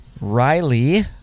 Riley